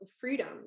freedom